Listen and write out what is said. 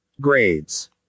grades